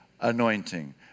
anointing